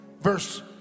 verse